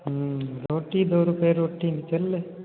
रोटी दो रुपये रोटी चल रही